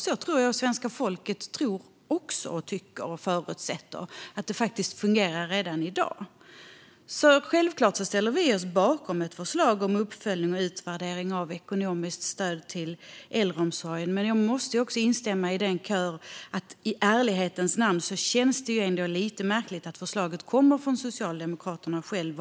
Så tror jag att svenska folket också tycker och förutsätter att det fungerar redan i dag. Självklart ställer vi oss bakom ett förslag om uppföljning och utvärdering av ekonomiskt stöd till äldreomsorgen. Men jag måste ändå instämma i kören - i ärlighetens namn känns det lite märkligt att förslaget kommer från Socialdemokraterna själva.